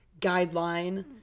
guideline